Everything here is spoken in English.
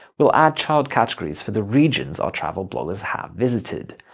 we'll add child categories for the regions our travel bloggers have visited.